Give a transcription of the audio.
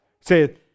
say